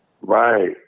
Right